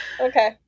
Okay